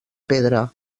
pedra